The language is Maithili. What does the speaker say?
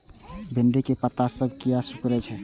भिंडी के पत्ता सब किया सुकूरे छे?